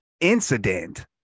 incident